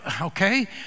Okay